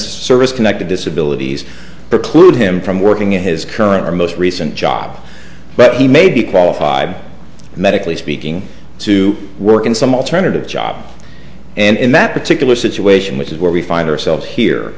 service connected disability preclude him from working in his current or most recent job but he may be qualified medically speaking to work in some alternative job and in that particular situation which is where we find ourselves here